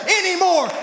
anymore